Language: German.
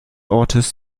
ortes